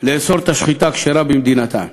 לאסור את השחיטה הכשרה במדינתן.